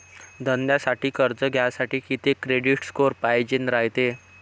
धंद्यासाठी कर्ज घ्यासाठी कितीक क्रेडिट स्कोर पायजेन रायते?